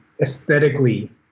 aesthetically